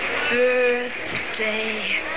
birthday